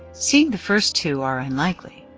seeing the first two are unlikely,